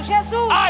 Jesus